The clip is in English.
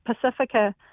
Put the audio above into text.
Pacifica